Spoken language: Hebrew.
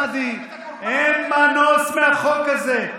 תקשיב, חבר הכנסת סעדי, אין מנוס מהחוק הזה.